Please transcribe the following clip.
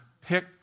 pick